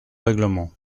règlement